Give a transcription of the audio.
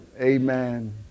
Amen